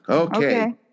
Okay